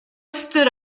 stood